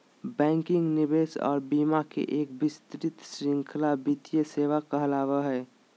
banking, निवेश आर बीमा के एक विस्तृत श्रृंखला वित्तीय सेवा कहलावय हय